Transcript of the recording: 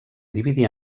dividir